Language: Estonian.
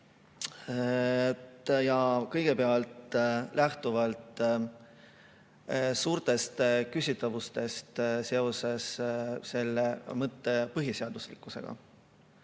seda kõigepealt lähtudes suurtest küsitavustest selle mõtte põhiseaduslikkusega